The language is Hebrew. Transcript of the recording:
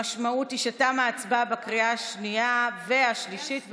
המשמעות היא שתמה ההצבעה בקריאה השנייה והשלישית.